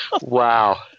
Wow